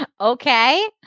okay